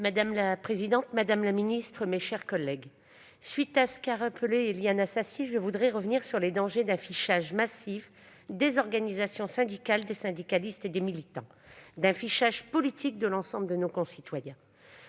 Madame la présidente, madame la ministre, mes chers collègues, à la suite d'Éliane Assassi, j'interviendrai sur les dangers d'un fichage massif des organisations syndicales, des syndicalistes et des militants et d'un fichage politique de l'ensemble de nos concitoyens.